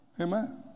Amen